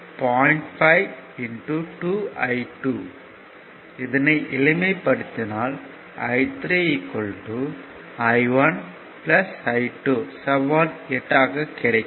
5 இதனை எளிமைப்படுத்தினால் I3 I1 I2 என கிடைக்கும்